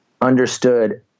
understood